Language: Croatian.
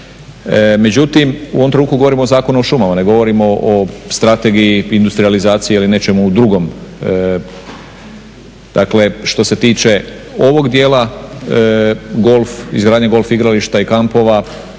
Međutim, u ovom trenutku govorimo o Zakonu o šumama, ne govorimo o strategiji industrijalizacije ili nečemu drugom. Dakle, što se tiče ovog dijela izgradnje golf igrališta i kampova